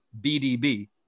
BDB